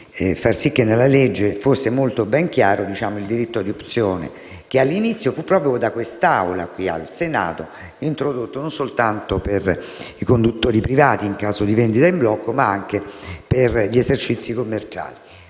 che nella legge fosse molto ben chiaro il diritto di opzione. Tale diritto, all'inizio proprio in quest'Aula del Senato, fu introdotto, non soltanto per i conduttori privati, in caso di vendita in blocco, ma anche per gli esercizi commerciali.